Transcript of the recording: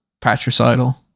Patricidal